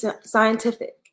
scientific